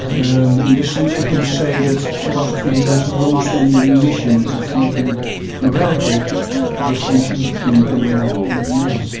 um in this sense you can say that philosophy has a long-standing mission of making radical distinction between animal and man.